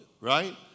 Right